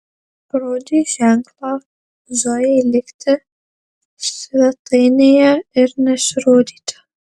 parodė ženklą zojai likti svetainėje ir nesirodyti